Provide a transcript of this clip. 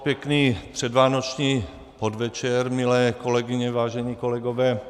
Pěkný předvánoční podvečer, milé kolegyně, vážení kolegové.